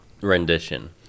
rendition